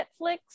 netflix